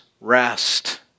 rest